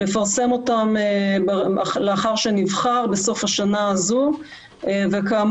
לפרסם אותן לאחר שנבחר בסוף השנה הזו וכאמור